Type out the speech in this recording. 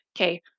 Okay